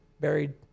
buried